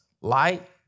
Light